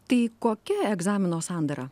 tai kokia egzamino sandara